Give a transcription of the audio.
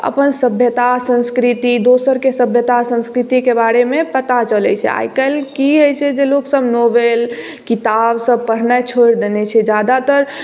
अपन सभ्यता संस्कृति दोसरके सभ्यता संस्कृतिके बारेमे पता चलै छै आय काल्हि की होय छै जे लोकसभ नॉवल किताबसभ पढ़नाय छोड़ि देने छै जादातर